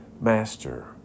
Master